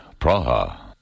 Praha